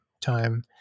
time